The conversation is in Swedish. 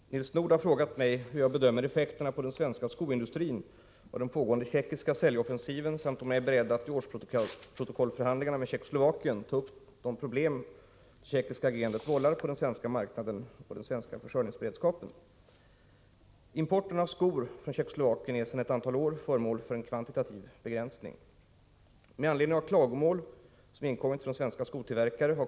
Herr talman! Nils Nordh har frågat mig hur jag bedömer effekterna på den svenska skoindustrin av den pågående tjeckiska säljoffensiven samt om jag är beredd att i årsprotokollförhandlingarna med Tjeckoslovakien ta upp de problem det tjeckiska agerandet vållar på den svenska marknaden och för den svenska försörjningsberedskapen. Importen av skor från Tjeckoslovakien är sedan ett antal år föremål för kvantitativ begränsning.